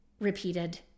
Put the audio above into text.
repeated